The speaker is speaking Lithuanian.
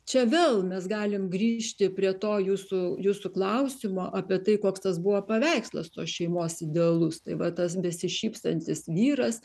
čia vėl mes galim grįžti prie to jūsų jūsų klausimo apie tai koks tas buvo paveikslas tos šeimos idealus tai va tas besišypsantis vyras